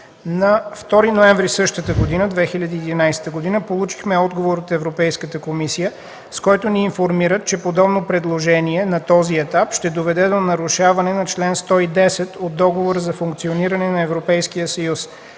На 2 ноември същата година – 2011 г., получихме отговор от Европейската комисия, с който ни информира, че подобно предложение на този етап ще доведе до нарушаване на чл. 110 от Договора за функциониране на Европейския съюз.